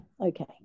okay